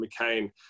McCain